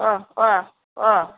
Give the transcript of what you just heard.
ഓ ഓ ഓ